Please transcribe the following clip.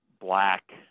black